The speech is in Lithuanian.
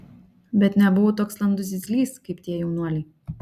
bet nebuvau toks landus zyzlys kaip tie jaunuoliai